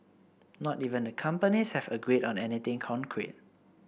not even the companies have agreed on anything concrete